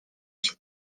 się